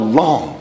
long